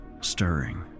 stirring